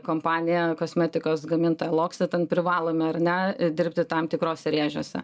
kompaniją kosmetikos gamintoja loksitant privalome ar ne dirbti tam tikruose rėžiuose